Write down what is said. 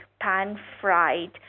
pan-fried